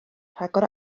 rhagor